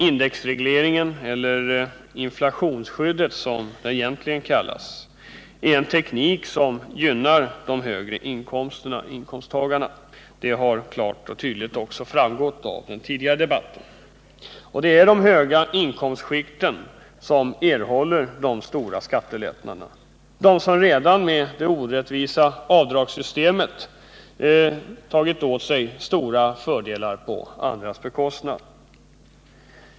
Indexregleringen — eller inflationsskyddet som det egentligen kallas — är en teknik som gynnar de högre inkomsttagarna. Det har också klart och tydligt framgått av den tidigare debatten. Det är i de höga inkomstskikten man ger de stora skattelättnaderna, till dem som redan med det orättvisa avdragssystemet tagit åt sig stora fördelar på andras bekostnad.